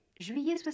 juillet